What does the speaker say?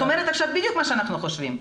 את אומרת עכשיו בדיוק מה שאנחנו חושבים.